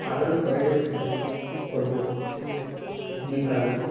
ପାଳନ କରାଯାଉଥିବା ପର୍ବ ଦୀପାବଳି